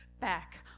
back